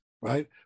right